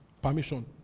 Permission